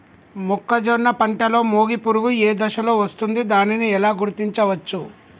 మొక్కజొన్న పంటలో మొగి పురుగు ఏ దశలో వస్తుంది? దానిని ఎలా గుర్తించవచ్చు?